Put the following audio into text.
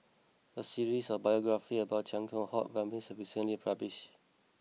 a series of biographies about Chia Keng Hock Vikram was recently published